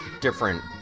different